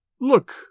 Look